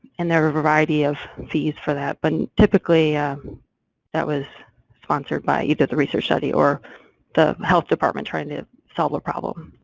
and there were a variety of fees for that, but and typically that was sponsored by either the research study or the health department trying to solve a problem.